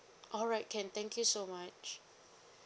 alright can thank you so much